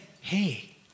hey